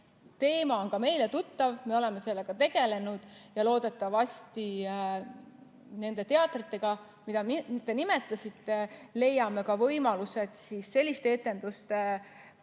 teema on ka meile tuttav, me oleme sellega tegelenud. Loodetavasti nende teatrite puhul, mida te nimetasite, leiame võimalused selliste etenduste